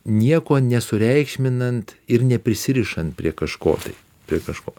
nieko nesureikšminant ir neprisirišant prie kažko tai prie kažko